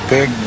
Big